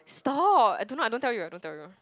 oh I don't know I don't tell you I don't tell you